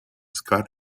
scott